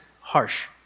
harsh